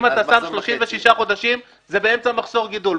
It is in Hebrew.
אם אתה שם 36 חודשים, זה באמצע מחזור גידול.